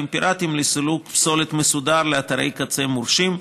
פיראטיים לסילוק פסולת מסודר לאתרי קצה מורשים.